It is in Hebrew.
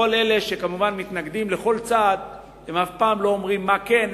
כל אלה שמתנגדים לכל צעד כמובן אף פעם לא אומרים מה כן,